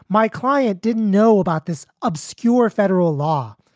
my client didn't know about this obscure federal law,